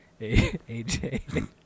AJ